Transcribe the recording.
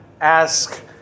ask